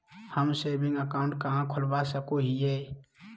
हम saving account कहाँ खोलवा सको हियै?